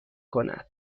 کند